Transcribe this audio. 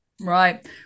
Right